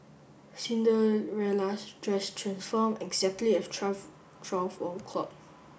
Cinderella's dress transformed exactly at twelve twelve o'clock